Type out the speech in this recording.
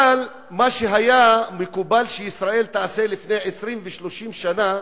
אבל מה שהיה מקובל שישראל תעשה לפני 20 ו-30 שנה,